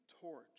torch